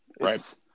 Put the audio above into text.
Right